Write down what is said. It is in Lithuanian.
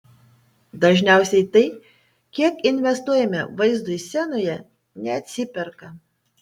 dažniausiai tai kiek investuojame vaizdui scenoje neatsiperka